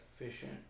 efficient